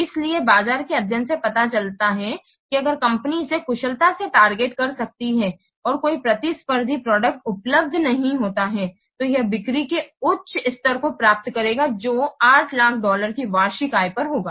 इसलिए बाजार के अध्ययन से पता चलता है कि अगर कंपनी इसे कुशलता से टारगेट कर सकती है और कोई प्रतिस्पर्धी प्रोडक्ट उपलब्ध नहीं होता है तो यह बिक्री के उच्च स्तर को प्राप्त करेगा जो 800000 डॉलर की वार्षिक आय पर होगा